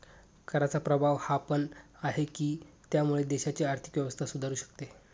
कराचा प्रभाव हा पण आहे, की त्यामुळे देशाची आर्थिक व्यवस्था सुधारू शकते